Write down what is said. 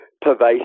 pervasive